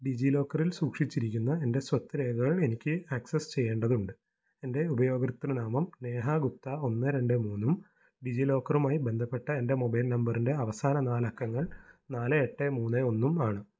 ഡിജി ലോക്കറിൽ സൂക്ഷിച്ചിരിക്കുന്ന എൻ്റെ സ്വത്ത് രേഖകൾ എനിക്ക് ആക്സസ് ചെയ്യേണ്ടതുണ്ട് എൻ്റെ ഉപയോക്തൃ നാമം നേഹ ഗുപ്ത ഒന്ന് രണ്ട് മൂന്നും ഡിജി ലോക്കറുമായി ബന്ധപ്പെട്ട എൻ്റെ മൊബൈൽ നമ്പറിൻ്റെ അവസാന നാലക്കങ്ങൾ നാല് എട്ട് മൂന്ന് ഒന്നും ആണ്